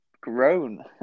grown